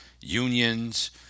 unions